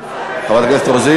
חברת הכנסת רוזין